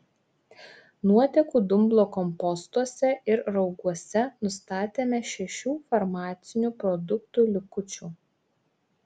nuotekų dumblo kompostuose ir rauguose nustatėme šešių farmacinių produktų likučių